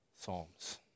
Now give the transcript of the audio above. psalms